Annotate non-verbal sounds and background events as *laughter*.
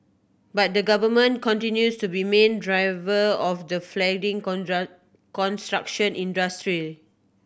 but the Government continues to be main driver of the flagging *unintelligible* construction industry